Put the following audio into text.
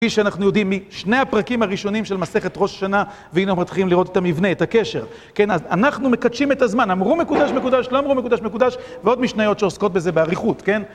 כפי יודעים משני הפרקים הראשונים של מסכת ראש השנה והנה אנחנו מתחילים לראות את המבנה, את הקשר כן, אז אנחנו מקדשים את הזמן אמרו מקודש-מקודש, לא אמרו מקודש-מקודש ועוד משניות שעוסקות בזה באריכות, כן